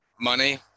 money